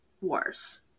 wars